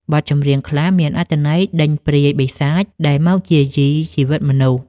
បទចម្រៀងខ្លះមានអត្ថន័យដេញព្រាយបិសាចដែលមកយាយីជីវិតមនុស្ស។